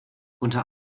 unter